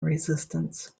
resistance